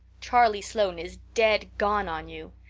charlie sloane is dead gone on you.